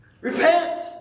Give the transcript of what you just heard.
Repent